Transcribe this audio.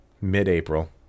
mid-April